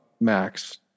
Max